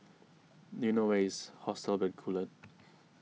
do you know where is Hotel Bencoolen